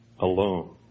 alone